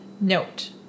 Note